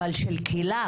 אבל של קהילה,